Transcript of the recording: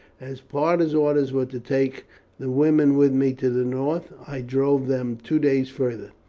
as parta's orders were to take the women with me to the north, i drove them two days farther,